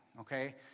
okay